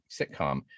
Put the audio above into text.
sitcom